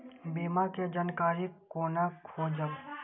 बीमा के जानकारी कोना खोजब?